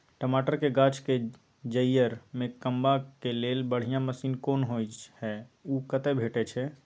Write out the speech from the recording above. टमाटर के गाछ के जईर में कमबा के लेल बढ़िया मसीन कोन होय है उ कतय भेटय छै?